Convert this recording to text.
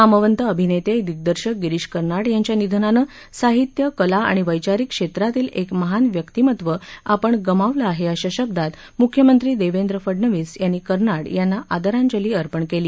नामवंत अभिनेते दिग्दर्शक गिरीश कर्नाड यांच्या निधनाने साहित्य कला आणि वैचारिक क्षेत्रातील एक महान व्यक्तिमत्व आपण गमावल आहे अशा शब्दात मुख्यमंत्री देवेंद्र फडनवीस यांनी कर्नाड यांना आदरांजली अर्पण केली